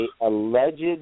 alleged